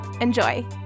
Enjoy